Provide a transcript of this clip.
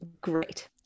great